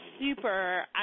super